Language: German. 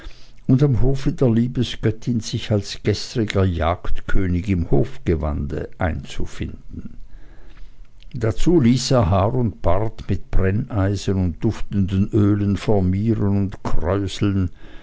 und am hofe der liebesgöttin sich als gestriger jagdkönig im hofgewande einzufinden dazu ließ er haar und bart mit brenneisen und duftenden ölen formieren und kräuseln